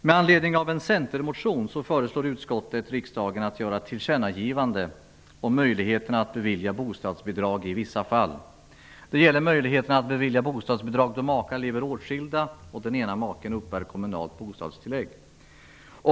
Med anledning av en centermotion föreslår utskottet att riksdagen skall göra ett tillkännagivande om möjligheten att bevilja bostadsbidrag i vissa fall, nämligen då makar lever åtskilda och den ena maken uppbär kommunalt bostadstillägg.